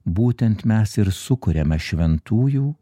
būtent mes ir sukuriame šventųjų